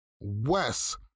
Wes